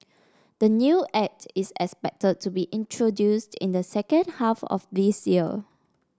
the new Act is expected to be introduced in the second half of this year